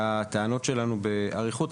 הטענות שלנו באריכות,